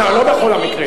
כמעט, לא בכל המקרים.